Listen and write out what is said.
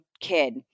kid